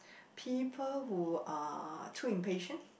people who are too impatient